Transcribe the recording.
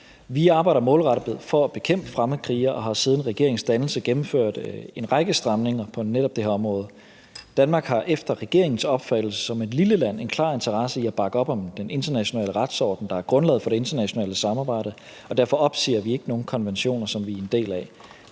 Vi arbejder målrettet for at bekæmpe fremmedkrigere og har siden regeringens dannelse gennemført en række stramninger på netop det her område. Danmark har efter regeringens opfattelse som et lille land en klar interesse i at bakke op om den internationale retsorden, der er grundlaget for det internationale samarbejde, og derfor opsiger vi ikke nogen konventioner, som vi er en del af.